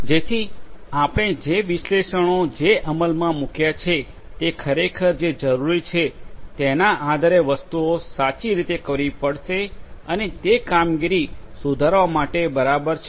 જેથી આપણે જે વિશ્લેષણો જે અમલમાં મુક્યા છે તે ખરેખર જે જરૂરી છે તેના આધારે વસ્તુઓ સાચી રીતે કરવી પડશે અને તે કામગીરી સુધારવા માટે બરાબર છે